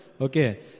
Okay